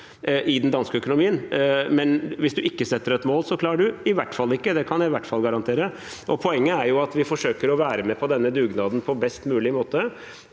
i den danske økonomien, men hvis man ikke setter et mål, klarer man det i hvert fall ikke. Det kan jeg i hvert fall garantere. Poenget er at vi forsøker å være med på denne dugnaden på en best mulig måte.